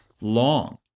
long